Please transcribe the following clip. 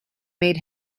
made